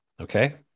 Okay